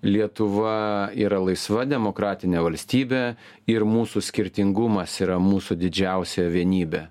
lietuva yra laisva demokratinė valstybė ir mūsų skirtingumas yra mūsų didžiausia vienybė